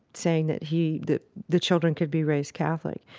saying that he the the children could be raised catholic.